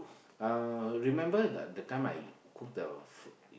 uh remember the the time I cooked the food